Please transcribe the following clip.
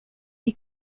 die